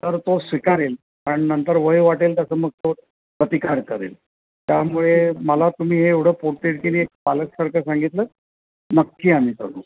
तर तो स्वीकारेल आणि नंतर वय वाढेल त्याचं मग तो प्रतिकार करेल त्यामुळे मला तुम्ही हे एवढं पोटतिडकीनी पालकासारखं सांगितलंत नक्की आम्ही करू